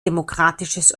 demokratisches